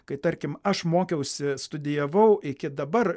kai tarkim aš mokiausi studijavau iki dabar